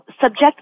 subject